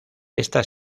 esta